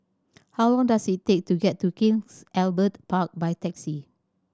how long does it take to get to King Albert Park by taxi